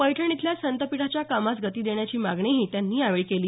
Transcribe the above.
पैठण इथल्या संतपीठाच्या कामास गती देण्याची मागणीही त्यांनी यावेळी केली